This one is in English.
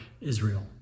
Israel